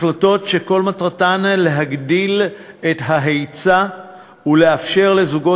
החלטות שכל מטרתן להגדיל את ההיצע ולאפשר לזוגות